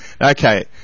Okay